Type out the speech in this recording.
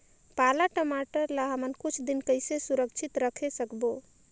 पाला टमाटर ला हमन कुछ दिन कइसे सुरक्षित रखे सकबो?